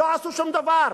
לא עשו שום דבר.